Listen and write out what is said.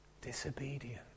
Disobedience